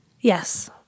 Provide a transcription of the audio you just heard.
Yes